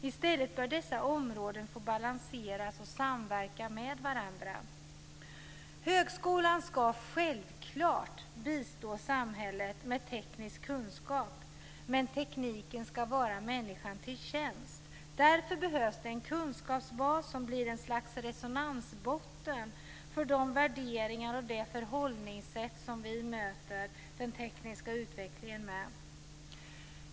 I stället bör dessa områden få balanseras och samverka med varandra. Högskolan ska självklart bistå samhället med teknisk kunskap, men tekniken ska vara människan till tjänst. Därför behövs det en kunskapsbas som blir ett slags resonansbotten för de värderingar och det förhållningssätt som vi möter den tekniska utvecklingen med.